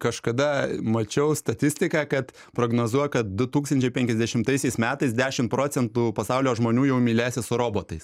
kažkada mačiau statistiką kad prognozuoja kad du tūkstančiai penkiasdešimtaisiais metais dešim procentų pasaulio žmonių jau mylėsis su robotais